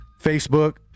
Facebook